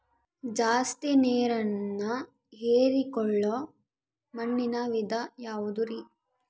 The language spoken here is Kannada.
ಜಾಸ್ತಿ ನೇರನ್ನ ಹೇರಿಕೊಳ್ಳೊ ಮಣ್ಣಿನ ವಿಧ ಯಾವುದುರಿ?